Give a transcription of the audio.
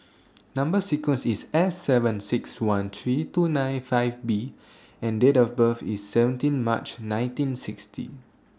Number sequence IS S seven six one three two nine five B and Date of birth IS seventeen March nineteen sixty